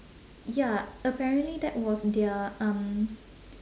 ya apparently that was their um